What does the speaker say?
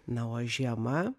na o žiema